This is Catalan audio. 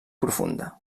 profunda